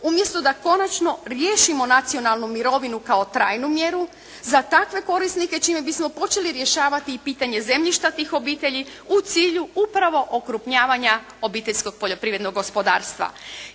umjesto da konačno riješimo nacionalnu mirovinu kao trajnu mjeru za takve korisnike čime bismo počeli rješavati i pitanje zemljišta tih obitelji u cilju upravo okrupnjavanja obiteljskog poljoprivrednog gospodarstva